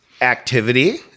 activity